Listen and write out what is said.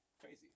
Crazy